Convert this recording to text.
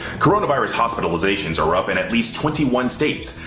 coronavirus hospitalizations are up in at least twenty one states.